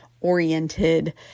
oriented